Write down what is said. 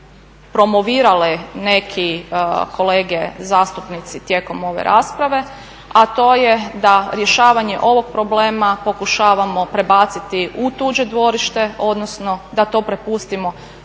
promovirali neki kolege zastupnici tijekom ove rasprave, a to je da rješavanje ovog problema pokušavamo prebaciti u tuđe dvorište, odnosno da to prepustimo